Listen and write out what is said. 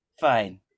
Fine